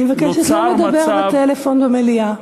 אני מבקשת לא לדבר בטלפון במליאה.